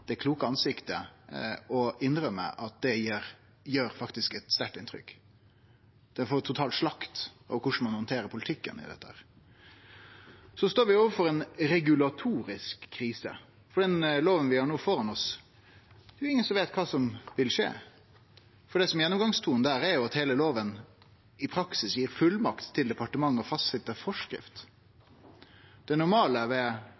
det kloke ansiktet og innrømme at det faktisk gjer eit sterkt inntrykk. Ein får total slakt av korleis ein handterer politikken. Vi står overfor ei regulatorisk krise for den loven vi nå har føre oss. Det er ingen som veit kva som vil skje. Det som er gjennomgangstonen, er at heile loven i praksis gir fullmakt til departementet om å fastsetje ei forskrift. Det normale med sånne lovar, og